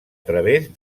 través